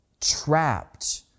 trapped